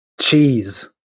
cheese